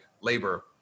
labor